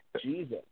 Jesus